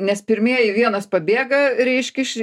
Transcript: nes pirmieji vienas pabėga reiškia iš